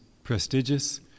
prestigious